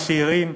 הצעירים,